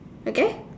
okay